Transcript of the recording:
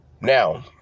Now